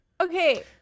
Okay